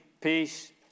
peace